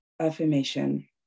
affirmation